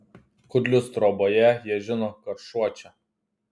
kudlius troboje jie žino kad šuo čia